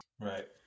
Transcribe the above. Right